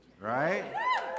right